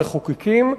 המחוקקים,